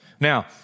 Now